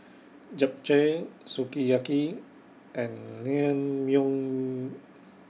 Japchae Sukiyaki and Naengmyeon